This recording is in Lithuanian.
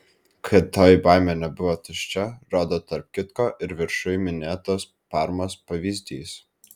kad toji baimė nebuvo tuščia rodo tarp kitko ir viršuj minėtos parmos pavyzdys